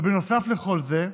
ובנוסף לכל זה,